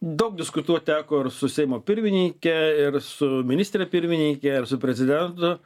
daug diskutuot teko ir su seimo pirmininke ir su ministre pirmininke ir su prezidentu